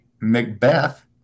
Macbeth